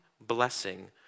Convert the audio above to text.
blessing